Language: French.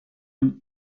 une